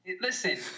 Listen